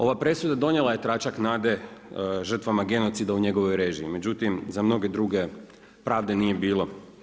Ova presuda donijela je tračak nade žrtvama genocida u njegovoj režiji međutim za mnoge druge pravde nije bilo.